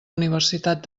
universitat